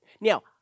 Now